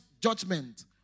judgment